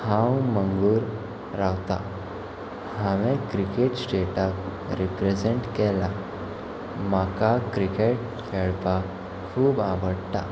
हांव मंगुर रावतां हांवें क्रिकेट स्टेटाक रिप्रेजेंट केला म्हाका क्रिकेट खेळपाक खूब आवडटा